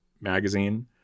magazine